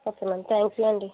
okay మరి thank you అండి